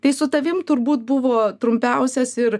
tai su tavim turbūt buvo trumpiausias ir